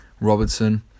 Robertson